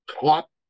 top